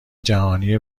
جهانی